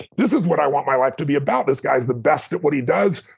this is what i want my life to be about. this guy is the best at what he does.